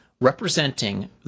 representing